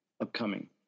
upcoming